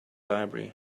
library